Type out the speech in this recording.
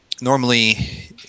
normally